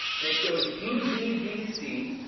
and it goes, bbbc,